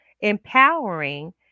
empowering